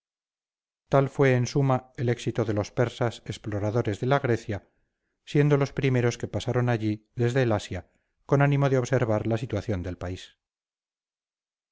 tal fue en suma el éxito de los persas exploradores de la grecia siendo los primeros que pasaron allí desde el asia con ánimo de observar la situación del país